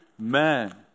man